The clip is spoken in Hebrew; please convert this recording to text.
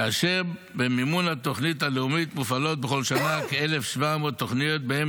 כאשר במימון התוכנית הלאומית מופעלות בכל שנה כ-1,700 תוכניות שבהן